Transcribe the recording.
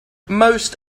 most